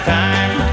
time